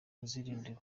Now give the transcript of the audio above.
uzirinde